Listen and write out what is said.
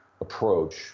approach